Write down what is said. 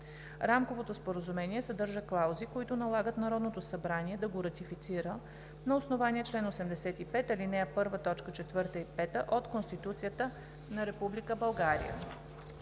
Рамковото споразумение съдържа клаузи, които налагат Народното събрание да го ратифицира на основание чл. 85, ал. 1, т. 4 и 5 от Конституцията на Република България.